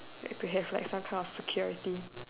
like to have some like kind of security